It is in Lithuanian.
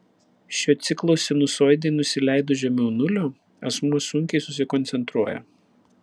šio ciklo sinusoidei nusileidus žemiau nulio asmuo sunkiai susikoncentruoja